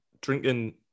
drinking